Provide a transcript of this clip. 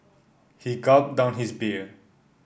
he gulped down his beer